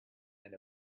and